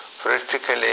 practically